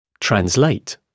Translate